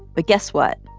but guess what?